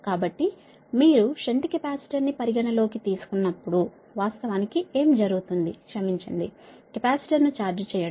కాబట్టి మీరు షంట్ కెపాసిటర్ను పరిగణన లోకి తీసుకున్నప్పుడు వాస్తవానికి ఏమి జరుగుతుంది క్షమించండి కెపాసిటర్ను ఛార్జ్ చేయడం